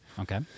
okay